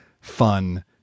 fun